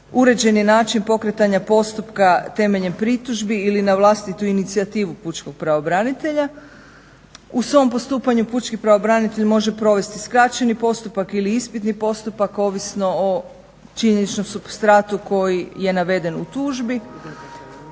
Uređen je način pokretanja postupka temeljem pritužbi ili na vlastitu inicijativu pučkog pravobranitelja. U svom postupanju pučki pravobranitelj može provesti skraćeni postupak ili ispitni postupak ovisno o činjeničnom supstratu koji je naveden u tužbi